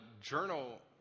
journal